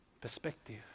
perspective